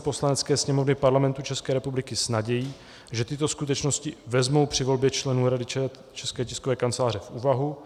Poslanecké sněmovny Parlamentu České republiky s nadějí, že tyto skutečnosti vezmou při volbě členů Rady České tiskové kanceláře v úvahu.